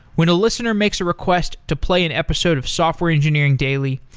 when a listener makes a request to play an episode of software engineering daily,